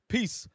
Peace